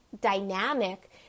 dynamic